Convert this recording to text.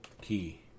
key